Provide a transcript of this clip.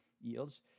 yields